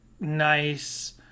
nice